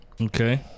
Okay